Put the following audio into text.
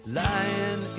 lying